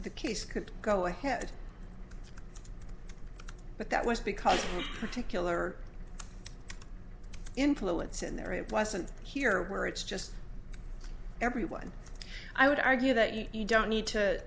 the case could go ahead but that was because to kill or influence in there it wasn't here where it's just everyone i would argue that you don't need to